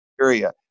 area